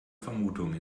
vermutung